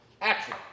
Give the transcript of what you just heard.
Action